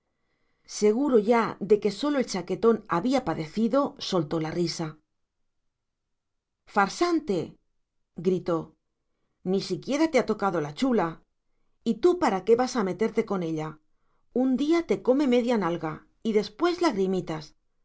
seguro ya de que sólo el chaquetón había padecido soltó la risa farsante gritó ni siquiera te ha tocado la chula y tú para qué vas a meterte con ella un día te come media nalga y después lagrimitas